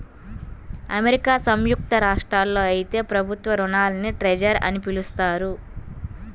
America సంయుక్త రాష్ట్రాల్లో అయితే ప్రభుత్వ రుణాల్ని ట్రెజర్ అని పిలుస్తారు